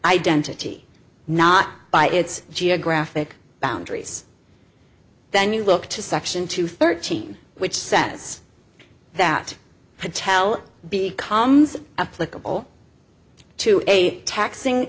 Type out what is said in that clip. identity not by its geographic boundaries then you look to section two thirteen which says that patel becomes applicable to a taxing